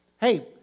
Hey